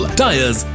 tires